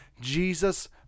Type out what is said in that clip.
Jesus